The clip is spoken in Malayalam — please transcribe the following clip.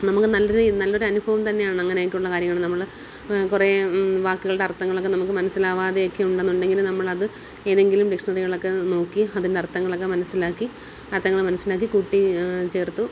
നമുക്ക് നല്ലൊരു നല്ലൊരു അനുഭവം തന്നെയാണ് അങ്ങനെയൊക്കെ ഉള്ള കാര്യങ്ങൾ നമ്മൾ കുറേ വാക്കുകളുടെ അർഥങ്ങളൊക്കെ നമുക്ക് മനസ്സിലാവാതെയൊക്കെ ഉണ്ട് എന്നുണ്ടെങ്കിൽ നമ്മളത് ഏതെങ്കിലും ഡിഷ്ണറികളൊക്കെ നോക്കി അതിൻ്റെ അർത്ഥങ്ങളൊക്കെ മനസ്സിലാക്കി അർത്ഥങ്ങൾ മനസ്സിലാക്കി കൂട്ടി ചേർത്തു